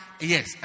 yes